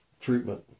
treatment